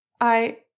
I-